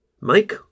Mike